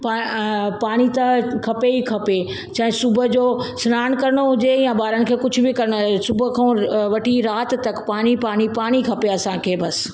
पाण अ पाणी त खपे ई खपे चाहे सुबुह जो सनानु करणो हुजे या ॿारनि खे कुझु बि करण अ सुबुह खो अ वठी राति तक पाणी पाणी पाणी खपे असांखे बसि